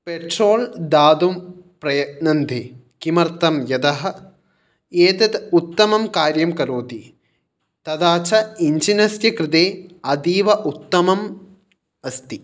petrol दातुं प्रयत्नन्ति किमर्तं यतः एतत् उत्तमं कार्यं करोति तदा च इञ्जिनस्य कृते अतीव उत्तमम् अस्ति